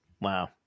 Wow